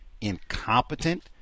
incompetent